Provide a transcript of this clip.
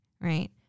Right